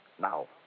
Now